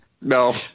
No